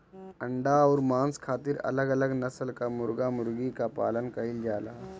अंडा अउर मांस खातिर अलग अलग नसल कअ मुर्गा मुर्गी कअ पालन कइल जाला